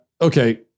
Okay